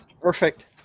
Perfect